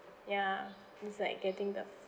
ya it's like getting the